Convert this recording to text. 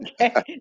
Okay